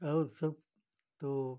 और सब तो